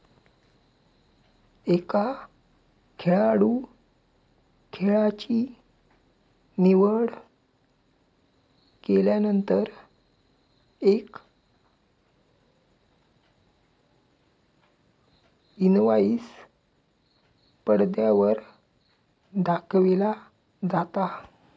एका खेळाडूं खेळाची निवड केल्यानंतर एक इनवाईस पडद्यावर दाखविला जाता